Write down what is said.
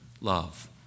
love